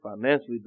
financially